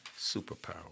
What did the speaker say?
Superpower